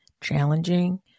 challenging